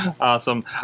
Awesome